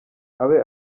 abe